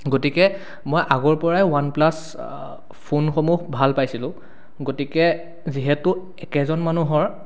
গতিকে মই আগৰপৰাই ওৱানপ্লাছ ফোনসমূহ ভাল পাইছিলোঁ গতিকে যিহেতু একেজন মানুহৰ